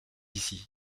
ici